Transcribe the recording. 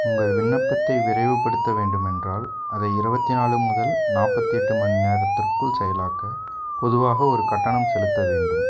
உங்கள் விண்ணப்பத்தை விரைவுபடுத்த வேண்டுமென்றால் அதை இருபத்தி நாலு முதல் நாற்பத்தி எட்டு மணி நேரத்திற்குள் செயலாக்க பொதுவாக ஒரு கட்டணம் செலுத்த வேண்டும்